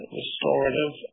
restorative